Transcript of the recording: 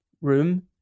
room